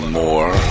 more